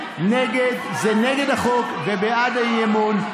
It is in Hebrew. נגד זה נגד החוק ובעד האי-אמון.